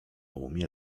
umie